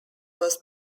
was